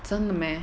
真的 meh